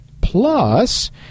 plus